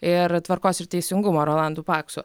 ir tvarkos ir teisingumo rolandu paksu